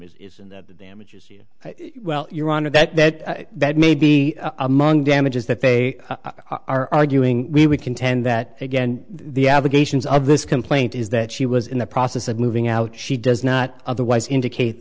and that damages you well your honor that that that may be among damages that they are arguing we would contend that again the allegations of this complaint is that she was in the process of moving out she does not otherwise indicate